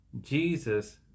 Jesus